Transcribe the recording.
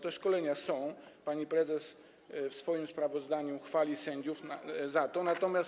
Te szkolenia są, pani prezes w swoim sprawozdaniu chwali sędziów za to, natomiast.